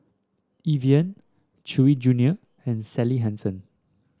Evian Chewy Junior and Sally Hansen